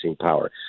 power